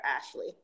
Ashley